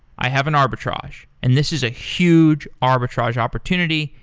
i have an arbitrage, and this is a huge arbitrage opportunity.